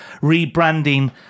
rebranding